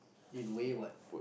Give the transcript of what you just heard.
in way what